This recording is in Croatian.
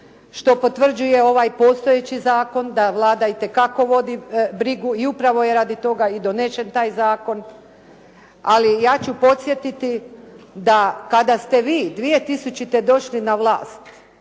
što potvrđuje ovaj postojeći zakon da Vlada itekako vodi brigu i upravo je radi toga i donesen taj zakon. Ali ja ću podsjetiti da kada ste vi 2000. došli na vlast,